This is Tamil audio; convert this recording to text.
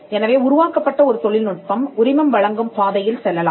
எனவே உருவாக்கப்பட்ட ஒரு தொழில்நுட்பம்உரிமம் வழங்கும் பாதையில் செல்லலாம்